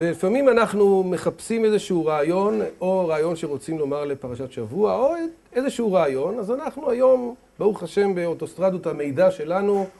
לפעמים אנחנו מחפשים איזשהו רעיון, או רעיון שרוצים לומר לפרשת שבוע, או איזשהו רעיון, אז אנחנו היום, ברוך השם, באוטוסטרדות המידע שלנו.